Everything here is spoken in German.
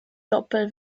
doppel